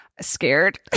Scared